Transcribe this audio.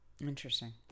Interesting